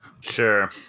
Sure